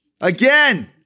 Again